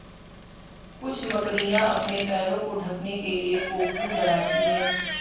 कुछ मकड़ियाँ अपने पैरों को ढकने के लिए कोकून बनाती हैं